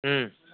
ओम